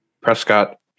Prescott